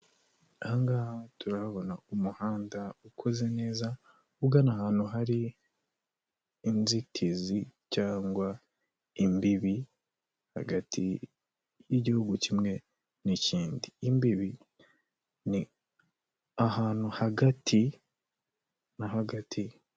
Aha ngaha turahabona umuhanda ukoze neza, ugana ahantu hari inzitizi cyangwa imbibi hagati y'igihugu kimwe n' ikindi. Imbibi ni ahantu hagati na hagati.